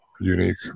unique